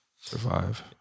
survive